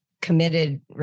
committed